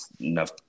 enough